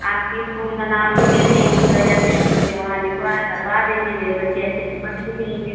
आपके स्कूल का नाम सुने थे इसी वजह से हम सोचे वहाँ लिखवा करवा देंगे मेरे बच्चे अच्छे से पढ़ लिख लेंगे